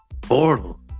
Portal